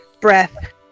breath